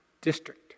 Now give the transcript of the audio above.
district